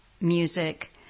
music